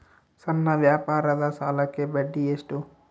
ಸಣ್ಣ ವ್ಯಾಪಾರದ ಸಾಲಕ್ಕೆ ಬಡ್ಡಿ ಎಷ್ಟು?